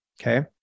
Okay